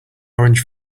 orange